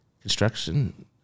Construction